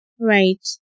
Right